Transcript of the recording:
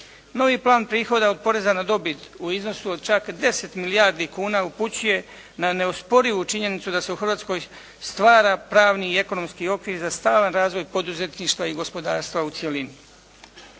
No, i plan prihoda od poreza na dobit u iznosu od čak 10 milijardi kuna upućuje na neosporivu činjenicu da se u Hrvatskoj stvara pravni i ekonomski okvir za stalan razvoj poduzetništva i gospodarstva u cjelini.